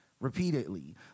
repeatedly